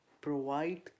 provide